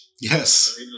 Yes